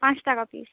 পাঁচ টাকা পিস